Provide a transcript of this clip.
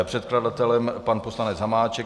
Předkladatelem je pan poslanec Hamáček.